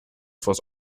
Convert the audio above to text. vors